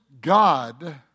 God